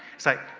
so,